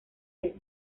les